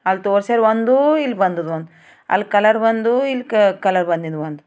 ಅಲ್ಲಿ ತೋರ್ಸಿದ್ದು ಒಂದು ಇಲ್ಲಿ ಬಂದಿದ್ದು ಒಂದು ಅಲ್ಲಿ ಕಲರ್ ಒಂದೂ ಇಲ್ಲಿ ಬಂದಿದ್ದು ಒಂದು